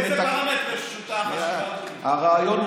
הרעיון,